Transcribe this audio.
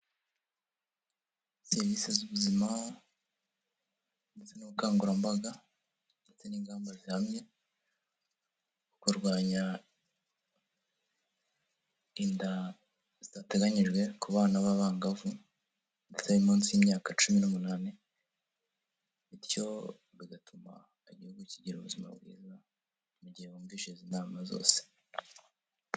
Serivise z'ubuzima ndetse n'ubukangurambaga ndetse n'ingamba zihamye, mu kurwanya inda zitateganyijwe ku bana b'abangavu bari munsi y'imyaka cumi n'umunani, bityo bigatuma igihugu kigira ubuzima bwiza mu gihe bumvise izi nama zose.